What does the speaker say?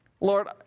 Lord